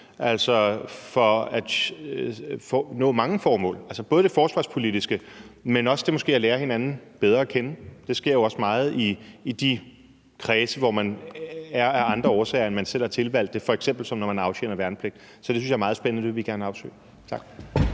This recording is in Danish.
afsøge for at nå mange formål, både det forsvarspolitiske, men måske også det at lære hinanden bedre at kende. Det sker jo også meget i de kredse, hvor man er af andre årsager, end at man selv har tilvalgt det, f.eks. som når man aftjener værnepligt. Så det synes jeg er meget spændende, og det vil vi gerne afsøge. Tak.